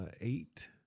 eight